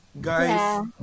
guys